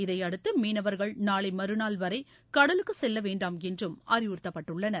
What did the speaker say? இதையடுத்து மீனவர்கள் நாளை மறுநாள் வரை கடலுக்கு செல்ல வேண்டாம் என்று அறிவுறுத்தப்பட்டுள்ளனர்